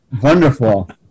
Wonderful